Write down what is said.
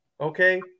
Okay